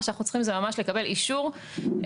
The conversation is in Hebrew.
מה שאנחנו צריכים זה ממש לקבל אישור פיזי